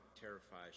terrifies